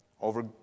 Over